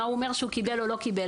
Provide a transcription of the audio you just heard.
מה הוא אומר שהוא קיבל או לא קיבל.